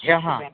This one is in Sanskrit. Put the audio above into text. ह्यः